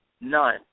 None